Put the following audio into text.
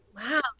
Wow